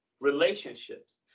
relationships